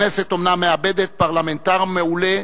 הכנסת אומנם מאבדת פרלמנטר מעולה,